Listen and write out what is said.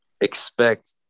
expect